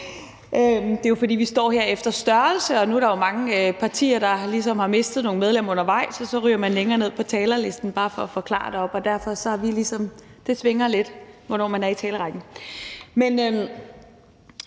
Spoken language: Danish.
Det er godt. Vi står jo her efter partistørrelse, og nu er der mange partier, der ligesom har mistet nogle medlemmer undervejs, og så ryger man længere ned på talerlisten – det er bare for at forklare det. Det svinger altså lidt, hvor man er i talerrækken.